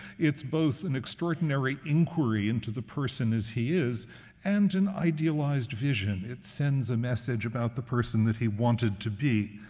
it's both an extraordinary inquiry into the person as he is and an idealized vision. it sends a message about the person that he wanted to be.